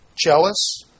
jealous